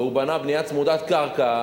והוא בנה בנייה צמודת קרקע,